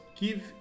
give